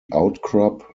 outcrop